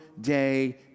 day